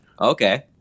Okay